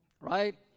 right